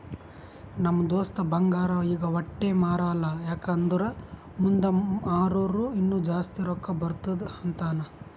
ನಮ್ ದೋಸ್ತ ಬಂಗಾರ್ ಈಗ ವಟ್ಟೆ ಮಾರಲ್ಲ ಯಾಕ್ ಅಂದುರ್ ಮುಂದ್ ಮಾರೂರ ಇನ್ನಾ ಜಾಸ್ತಿ ರೊಕ್ಕಾ ಬರ್ತುದ್ ಅಂತಾನ್